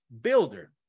builder